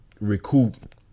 recoup